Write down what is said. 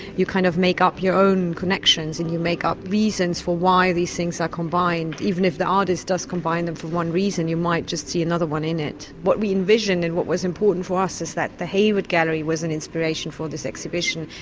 you kind of make up your own connections and you make up reasons for why these things are combined even if the artist does combine them for one reason, you might just see another one in it. what we envisioned and what was important to ah us is that the hayward gallery was the and inspiration for this exhibition,